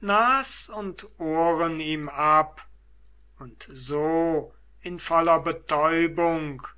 nas und ohren ihm ab und so in voller betäubung